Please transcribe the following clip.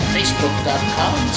Facebook.com